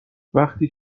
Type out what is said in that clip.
وقتی